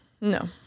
No